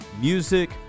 music